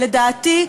לדעתי,